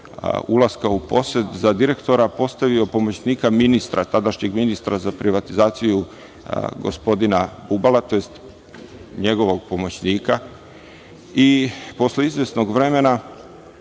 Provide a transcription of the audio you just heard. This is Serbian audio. ulaska u posed za direktora postavio pomoćnika ministra, tadašnji ministra za privatizaciju gospodina Bubala, tj. njegovog pomoćnika. Posle izvesnog vremena,